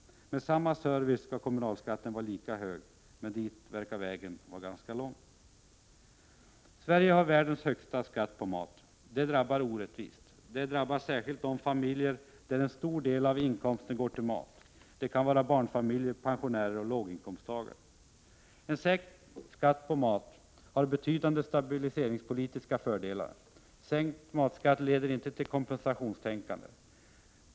Med samma service skall kommunalskatten vara lika hög. Men dit verkar vägen vara ganska lång. Sverige har världens högsta skatt på mat. Det drabbar orättvist. Det drabbar särskilt de familjer där en stor del av inkomsten går till mat. Det är barnfamiljer, pensionärer och låginkomsttagare. En sänkt skatt på maten har betydande stabiliseringspolitiska fördelar. Sänkt matskatt leder inte till kompensationstänkande.